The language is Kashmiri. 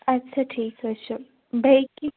اچھا ٹھیٖک حظ چھُ بیٚیہِ کیٚنٛہہ